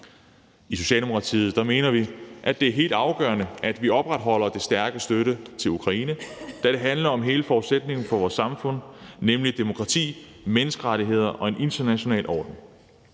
I Socialdemokratiet mener vi, at det er helt afgørende, at vi opretholder den stærke støtte til Ukraine, da det handler om hele forudsætningen for vores samfund, nemlig demokrati, menneskerettigheder og en international orden.